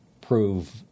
prove